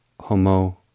homo